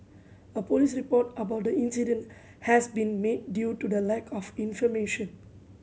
a police report about the incident has been made due to the lack of information